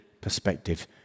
perspective